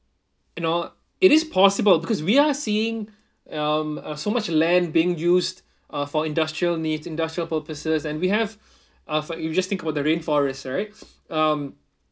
you know it is possible because we are seeing um uh so much land being used uh for industrial needs industrial purposes and we have um you just think about the rainforest right um